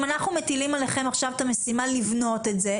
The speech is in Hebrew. אם אנחנו מטילים עליכם עכשיו את המשימה לבנות את זה,